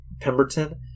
pemberton